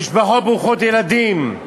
במשפחות ברוכות ילדים?